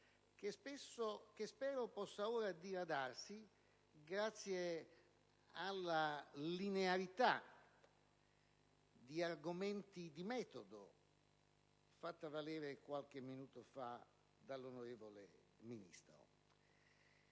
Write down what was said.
che spero possa ora diradarsi grazie alla linearità degli argomenti di metodo fatta valere qualche minuto fa dall'onorevole Ministro.